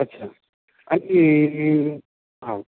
अच्छा अनि अँ